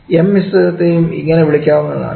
m മിശ്രിതത്തെ യും ഇങ്ങനെ വിളിക്കാവുന്നതാണ്